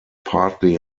partly